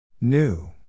New